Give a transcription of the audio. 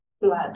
blood